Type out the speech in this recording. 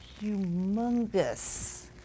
humongous